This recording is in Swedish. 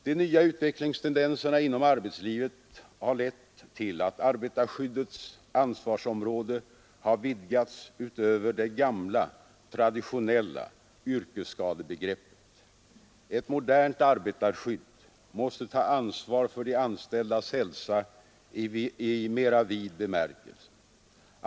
De nya utvecklingstendenserna inom arbetslivet har lett till att arbetarskyddets ansvarsområde har vidgats utöver det gamla traditionella yrkesskadebegreppet. Ett modernt arbetarskydd måste ta ansvar för de anställdas hälsa i mera vid bemärkelse.